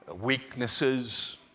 weaknesses